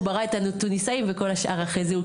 ברא את התוניסאים וכל השאר אחרי זה,